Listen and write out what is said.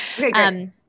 okay